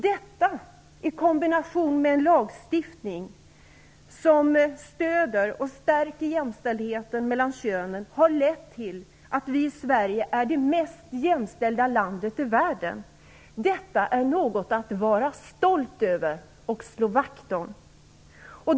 Detta, i kombination med en lagstiftning som stöder och stärker jämställdheten mellan könen, har lett till att Sverige är det mest jämställda landet i världen. Detta är något att vara stolt över och slå vakt om.